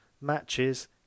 Matches